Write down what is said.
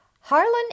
Harlan